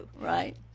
Right